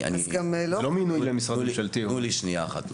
אז גם --- תנו לי שנייה אחת.